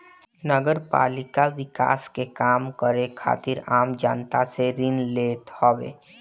नगरपालिका विकास के काम करे खातिर आम जनता से ऋण लेत हवे